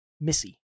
Missy